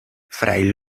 fray